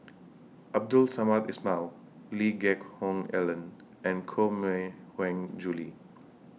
Abdul Samad Ismail Lee Geck Hoon Ellen and Koh Mui Hiang Julie